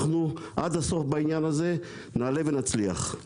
אנחנו עד הסוף בעניין הזה, נעלה ונצליח.